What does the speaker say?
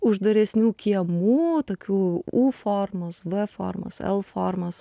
uždaresnių kiemų tokių u formos v formos l formos